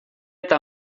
eta